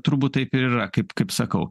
turbūt taip ir yra kaip kaip sakau